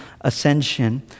ascension